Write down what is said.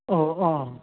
ಓಹ್ ಓಹ್